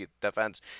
defense